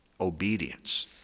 obedience